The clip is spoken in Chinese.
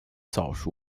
早熟